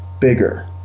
bigger